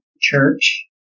church